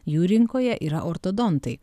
jų rinkoje yra ortodontai